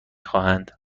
خواهند